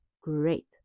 Great